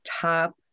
top